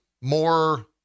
more